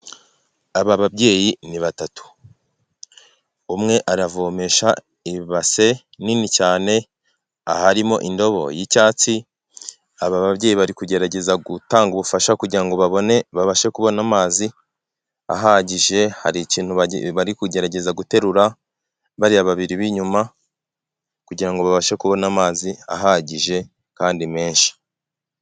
Aba babyeyi ni batatu umwe aravomesha ibase nini cyane aharimo indobo y'icyatsi ,aba babyeyi bari kugerageza gutanga ubufasha kugirango ngo babone babashe kubona amazi ahagije, hari ikintu bari kugerageza guterura bariya babiri b'inyuma kugirango babashe kubona amazi ahagije kandi menshi.